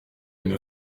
une